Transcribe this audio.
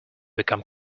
become